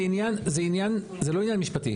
זה עניין, זה לא עניין משפטי.